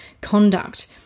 conduct